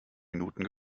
minuten